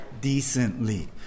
decently